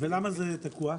ולמה זה תקוע?